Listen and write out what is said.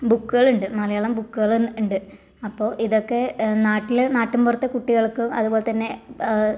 ബുക്കുകളുണ്ട് മലയാളം ബുക്കുകള് ഉണ്ട് അപ്പോൾ ഇതൊക്കെ നാട്ടിലെ നാട്ടിൻപുറത്തെ കുട്ടികൾക്ക് അതുപോലെത്തന്നെ